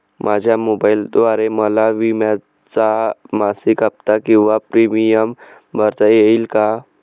माझ्या मोबाईलद्वारे मला विम्याचा मासिक हफ्ता किंवा प्रीमियम भरता येईल का?